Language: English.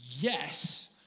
Yes